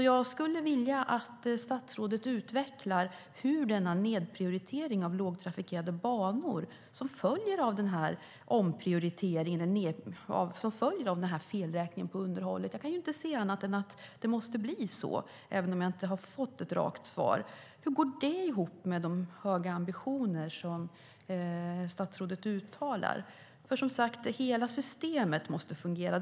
Jag skulle därför vilja att statsrådet utvecklar denna nedprioritering av lågtrafikerade banor som följer av felräkningen på underhållet. Jag kan inte se annat än att det måste bli så, även om jag inte har fått ett rakt svar. Hur går det ihop med de höga ambitioner som statsrådet uttalar? Som sagt, hela systemet måste fungera.